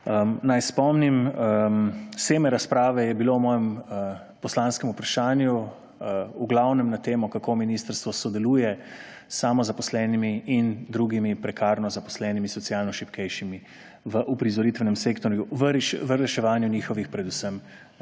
Naj spomnim, seme razprave je bilo v mojem poslanskem vprašanju v glavnem na temo, kako ministrstvo sodeluje s samozaposlenimi in drugimi prekarno zaposlenimi socialno šibkejšimi v uprizoritvenem sektorju, predvsem v reševanju njihovih socialnih